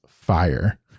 fire